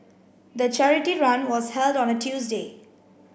the charity run was held on a Tuesday